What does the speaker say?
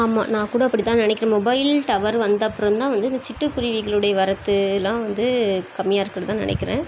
ஆமாம் நான்கூட அப்படிதான் நினைக்கிறேன் மொபைல் டவர் வந்தப்புறந்தான் வந்து இந்த சிட்டுக்குருவிகளுடைய வரத்துலாம் வந்து கம்மியாக இருக்கிறதா நினைக்கிறேன்